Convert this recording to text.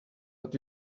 but